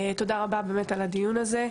תודה רבה על הדיון הזה.